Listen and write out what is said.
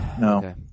No